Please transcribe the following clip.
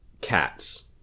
cats